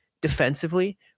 defensively